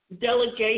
delegation